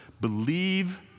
Believe